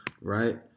Right